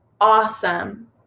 awesome